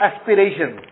aspiration